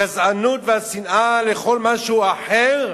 הגזענות והשנאה לכל מה שהוא אחר,